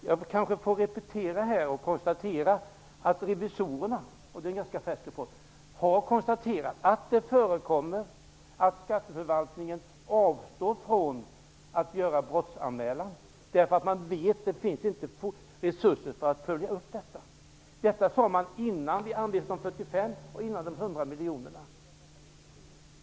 Jag kanske får repetera här att revisorerna i en ganska färsk rapport konstaterar att det förekommer att skatteförvaltningen avstår från att göra en brottsanmälan därför att man vet att det inte finns resurser för att följa upp det. Detta sade man innan vi anvisade de 45 och 100 miljonerna.